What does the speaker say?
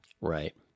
right